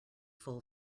full